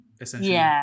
essentially